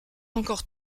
encore